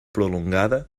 prolongada